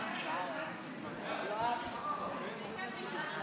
את מוזמנת להגיש הצעת חוק.